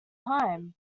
time